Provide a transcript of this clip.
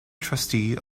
trustee